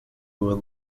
with